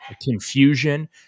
Confusion